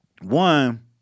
one